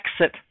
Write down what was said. exit